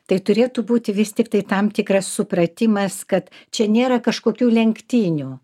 tai turėtų būti vis tiktai tam tikras supratimas kad čia nėra kažkokių lenktynių